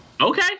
okay